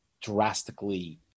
drastically